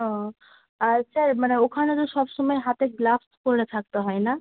ও আর স্যার মানে ওখানে তো সব সমায় হাতে গ্লাভস পরে থাকতে হয় না